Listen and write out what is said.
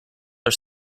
are